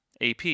AP